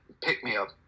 pick-me-up